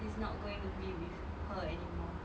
he's not going to be with her anymore